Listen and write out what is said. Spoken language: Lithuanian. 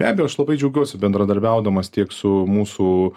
be abejo aš labai džiaugiuosi bendradarbiaudamas tiek su mūsų